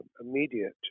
immediate